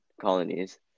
colonies